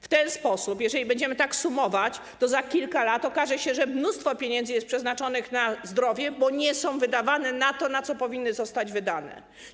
W ten sposób, jeżeli będziemy tak sumować, to za kilka lat okaże się, że mnóstwo pieniędzy jest przeznaczonych na zdrowie, bo nie są wydawane na to, na co powinny zostać wydane.